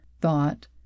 thought